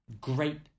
great